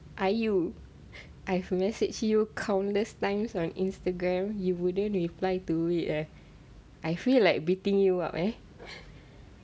!aiyo! I message you countless times on instagram you wouldn't reply to it eh I feel like beating you up eh